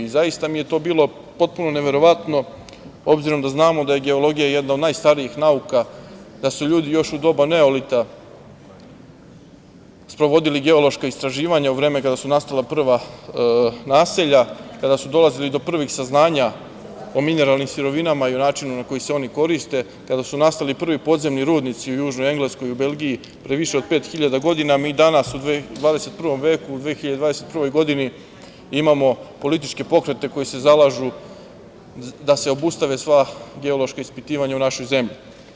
Zaista mi je to bilo potpuno neverovatno, obzirom da znamo da je geologija jedna od najstarijih nauka, da su ljudi još u doba neolita sprovodili geološka istraživanja u vreme kada su nastala prva naselja, kada su dolazili do prvih saznanja o mineralnim sirovinama i o načinu na koji se oni koriste, kada su nastali prvi podzemni rudnici u Južnoj Engleskoj i u Belgiji, pre više od 5.000 godina, mi danas u XXI veku, u 2021. godini, imamo političke pokrete koji se zalažu da se obustave sva geološka ispitivanja u našoj zemlji.